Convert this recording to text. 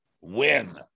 win